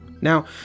Now